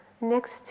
next